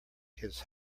his